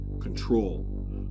Control